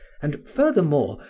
and, furthermore,